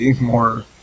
more